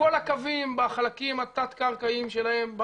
כל הקווים בחלקים התת קרקעיים שלהם,